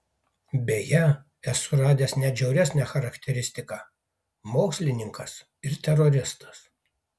beje esu radęs net žiauresnę charakteristiką mokslininkas ir teroristas